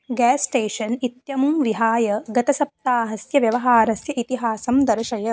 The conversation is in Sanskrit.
गेस् स्टेशन् इत्यमुं विहाय गतसप्ताहस्य व्यवहारस्य इतिहासं दर्शय